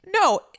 No